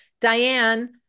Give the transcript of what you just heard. Diane